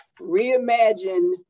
reimagine